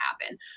happen